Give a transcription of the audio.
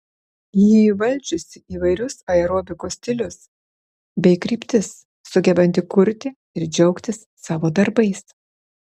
ji įvaldžiusi įvairius aerobikos stilius bei kryptis sugebanti kurti ir džiaugtis savo darbais